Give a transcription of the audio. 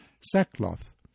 sackcloth